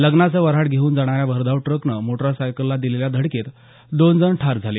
लग्नाचं वऱ्हाड घेउन जाणाऱ्या भरधाव ट्रॅक्टरने मोटार सायकलला दिलेल्या धडकेत दोन जण ठार झाले